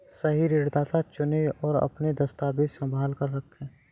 सही ऋणदाता चुनें, और अपने दस्तावेज़ संभाल कर रखें